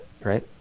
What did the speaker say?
right